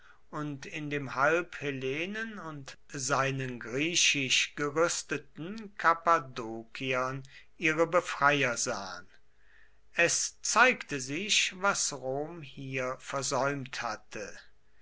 und in dem halbhellenen und seinen griechisch gerüsteten kappadokiern ihre befreier sahen es zeigte sich was rom hier versäumt hatte